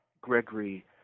Gregory